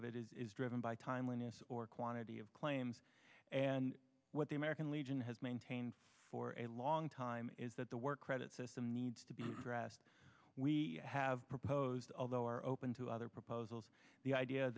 of it is driven by timeliness or quantity of claims and what the american legion has maintained for a long time time is that the work credit system needs to be addressed we have proposed although are open to other proposals the idea